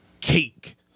cake